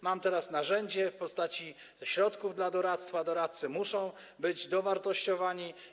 Mam teraz narzędzie w postaci środków dla doradztwa, doradcy muszą być dowartościowani.